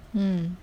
mm